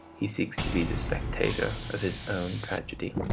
he seeks to be the spectator of his own tragedy.